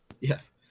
Yes